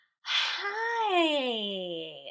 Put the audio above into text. Hi